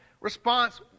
response